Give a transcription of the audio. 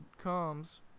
comes